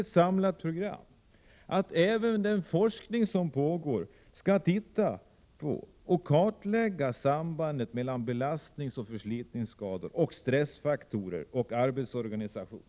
Vi föreslår att den forskning som pågår skall kartlägga sambandet mellan belastningsoch förslitningsskador, stressfaktorer och arbetsorganisation.